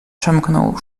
przemknął